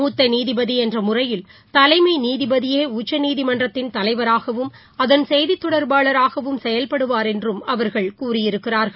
மூத்தநீதிபதிஎன்றமுறையில் தலைமைநீதிபதியேஉச்சநீதிமன்றத்தின் தலைவராகவும் அதன் செய்திதொடர்பாளராகவும் செயல்படுவார் என்றும் அவர்கள் கூறியிருக்கிறார்கள்